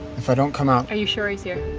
if i don't come out. are you sure he's here?